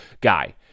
guy